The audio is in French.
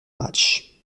match